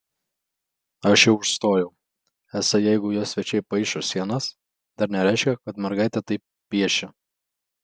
aš ją užstojau esą jeigu jo svečiai paišo sienas dar nereiškia kad mergaitė taip piešia